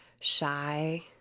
shy